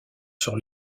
sur